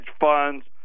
funds